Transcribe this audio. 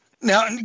Now